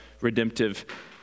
redemptive